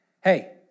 hey